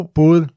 både